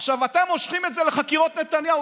עכשיו, אתם מושכים את זה לחקירות נתניהו.